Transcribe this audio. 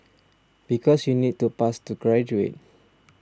because you need to pass to graduate